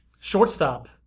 Shortstop